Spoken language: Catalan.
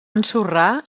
ensorrar